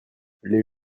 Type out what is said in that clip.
les